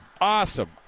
Awesome